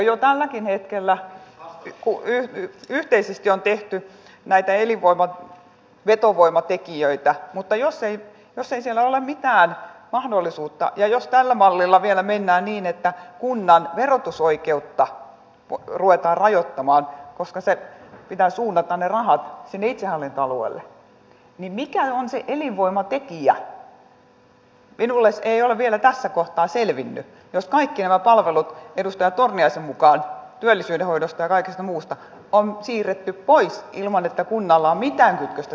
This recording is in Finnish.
jo tälläkin hetkellä yhteisesti on tehty näitä elinvoima vetovoimatekijöitä mutta jos ei siellä ole mitään mahdollisuutta ja jos tällä mallilla vielä mennään niin että kunnan verotusoikeutta ruvetaan rajoittamaan koska pitää suunnata ne rahat sinne itsehallintoalueelle niin mikä on se elinvoimatekijä minulle se ei ole vielä tässä kohtaa selvinnyt jos kaikki nämä palvelut edustaja torniaisen mukaan työllisyyden hoidosta ja kaikesta muusta on siirretty pois ilman että kunnalla on mitään kytköstä sinne päätöksentekoon